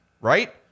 right